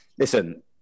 Listen